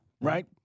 right